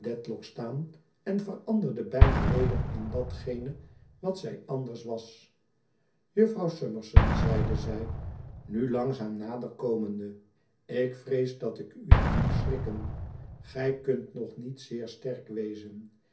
staan en veranderde bijna weder in datgene wat zij anders was jufvrouw summerson zeide zij nu langzaam nader komende ik vrees dat ik u heb doen schrikken gij kunt nog niet zeer sterk wezen